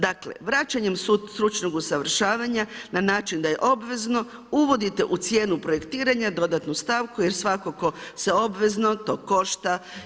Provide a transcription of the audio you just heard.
Dakle, vraćanjem stručnog usavršavanja na način da je obvezno, uvodite u cijenu projektiranja dodatnu stavku jer svatko tko se obvezno, to košta.